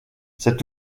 cet